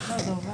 דבריי.